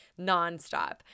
nonstop